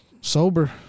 Sober